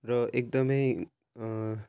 र एकदमै